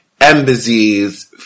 embassies